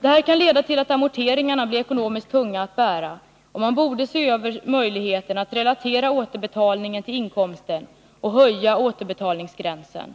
Det här kan leda till att amorteringarna blir ekonomiskt tunga att bära, och man borde se över möjligheten att relatera återbetalningarna mer till inkomsten samt höja återbetalningsgränsen.